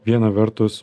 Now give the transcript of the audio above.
viena vertus